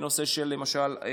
בנושא של הקטנת